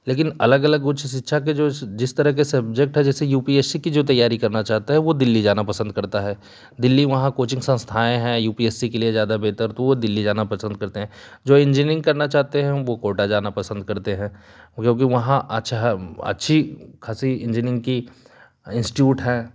लेकिन अलग अलग उच्च शिक्षा के जो जिस तरह के सब्जेक्ट है जैसे यू पी एस सी की जो तैयारी करना चाहता है वो दिल्ली जाना पसंद करता है दिल्ली वहाँ कोचिंग संस्थाएँ हैं यू पी एस सी के लिए ज़्यादा बेहतर तो वो दिल्ली जाना पसंद करते हैं जो इंजीनियरिंग करना चाहते हैं वो कोटा जाना पसंद करते हैं क्योंकि वहाँ अच्छा है अच्छी खासी इंजीनियरिंग की इंस्टिट्यूट है